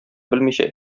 белмичә